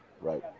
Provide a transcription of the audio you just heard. Right